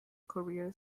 career